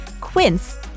Quince